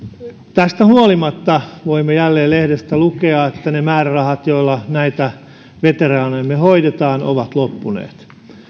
tästä huolimatta voimme jälleen lehdestä lukea että ne määrärahat joilla veteraanejamme hoidetaan ovat loppuneet